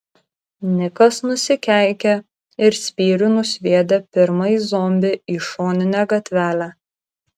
nikas nusikeikė ir spyriu nusviedė pirmąjį zombį į šoninę gatvelę